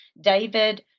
David